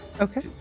Okay